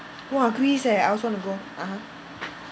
!wah! Greece eh I also want to go (uh huh)